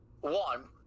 one